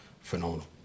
phenomenal